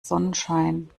sonnenschein